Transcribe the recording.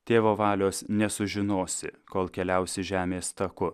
tėvo valios nesužinosi kol keliausi žemės taku